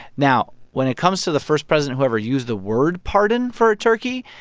now, when it comes to the first president who ever used the word pardon for a turkey,